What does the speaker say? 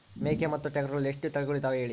ಮೇಕೆ ಮತ್ತು ಟಗರುಗಳಲ್ಲಿ ಎಷ್ಟು ತಳಿಗಳು ಇದಾವ ಹೇಳಿ?